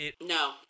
No